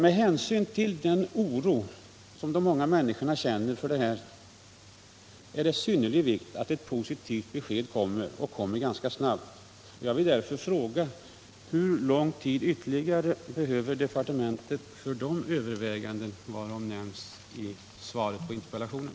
Med hänsyn till den oro som många människor känner är det synnerligen viktigt att ett positivt besked kommer, och det snabbt. Jag vill därför fråga: Hur lång tid ytterligare behöver departementet för de överväganden varom nämnts i svaret på interpellationen?